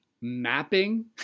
mapping